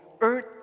Earth